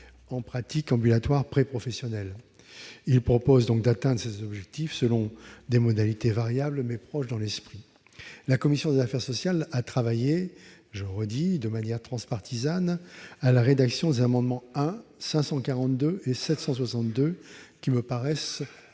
en pratique ambulatoire préprofessionnelle. Ils proposent d'atteindre cet objectif selon des modalités variables, mais proches dans l'esprit. La commission des affaires sociales a travaillé, je le répète, de façon transpartisane à la rédaction des amendements n 1 rectifié, 542 rectifié et